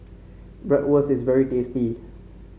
bratwurst is very tasty